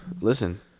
Listen